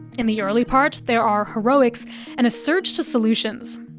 in the early part, there are heroics and a surge to solutions.